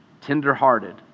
tender-hearted